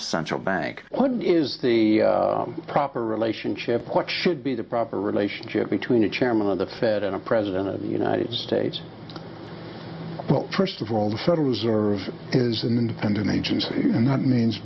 central bank what is the proper relationship what should be the proper relationship between a chairman of the fed and a president of the united states well first of all the federal reserve is an independent agency and that means